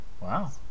Wow